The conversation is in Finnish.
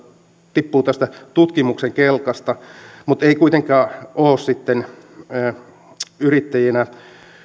tippuvat tutkimuksen kelkasta mutta eivät kuitenkaan ole sitten yrittäjinä